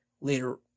later